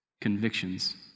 convictions